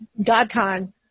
GodCon